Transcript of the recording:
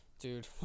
Dude